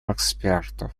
экспертов